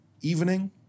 evening